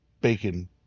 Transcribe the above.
bacon